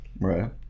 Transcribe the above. right